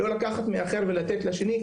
לא לקחת מאחד ולתת לשני,